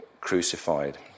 crucified